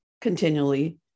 continually